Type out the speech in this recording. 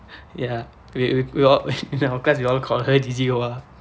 ya we we we all in our class we all call her